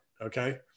okay